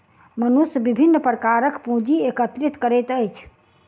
मनुष्य बहुत विभिन्न प्रकारक पूंजी एकत्रित करैत अछि